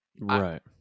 right